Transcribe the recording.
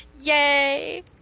yay